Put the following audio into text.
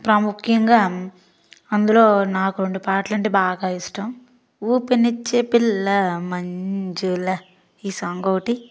ప్రాముఖ్యంగా అందులో నాకు రెండు పాటలు అంటే బాగా ఇష్టం ఊపునిచ్చే పిల్ల మంజుల ఈ సాంగ్ ఒకటి